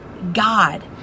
God